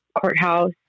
courthouse